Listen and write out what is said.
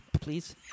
please